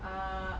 err